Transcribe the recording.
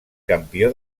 campió